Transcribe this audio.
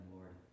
Lord